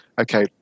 okay